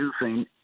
using